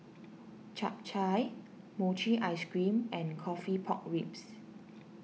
Chap Chai Mochi Ice Cream and Coffee Pork Ribs